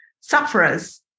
sufferers